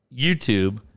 YouTube